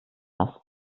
das